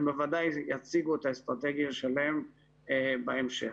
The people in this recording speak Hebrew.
הם בוודאי יציגו את האסטרטגיה שלהם בהמשך.